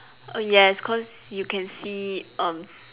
yes cause you can see um